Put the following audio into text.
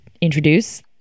introduce